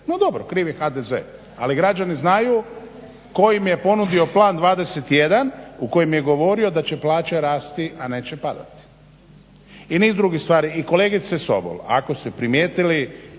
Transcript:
No, dobro kriv je HDZ. Ali građani znaju tko im je ponudio Plan 21 u kojem je govorio da će plaće rasti, a neće padati. I niz drugih stvari. I kolegice Sobol ako ste primijetili